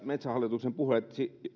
metsähallituksen puheet